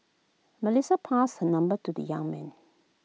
Melissa passed her number to the young man